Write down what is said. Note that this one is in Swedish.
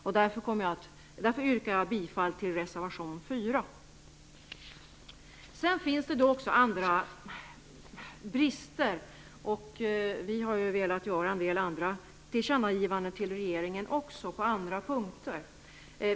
Jag yrkar därför bifall till reservation 4. Det finns också andra brister. Vi har velat göra en del tillkännagivanden till regeringen också på andra punkter.